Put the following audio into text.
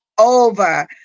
over